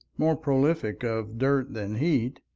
more prolific of dirt than heat,